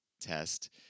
test